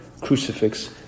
crucifix